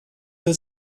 does